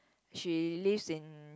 she lives in